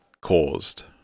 caused